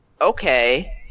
okay